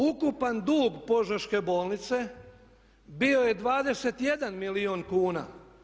Ukupan dug Požeške bolnice bio je 21 milijun kuna.